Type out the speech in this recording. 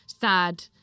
sad